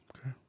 Okay